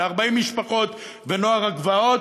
ל-40 משפחות ונוער הגבעות,